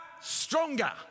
stronger